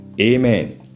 Amen